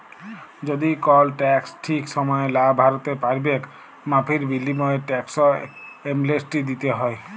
যদি কল টেকস ঠিক সময়ে লা ভ্যরতে প্যারবেক মাফীর বিলীময়ে টেকস এমলেসটি দ্যিতে হ্যয়